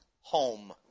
home